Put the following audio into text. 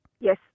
Yes